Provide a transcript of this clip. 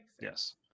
Yes